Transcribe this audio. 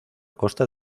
costa